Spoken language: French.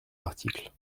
l’article